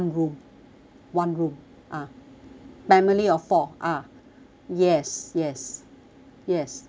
one room ah family of four ah yes yes yes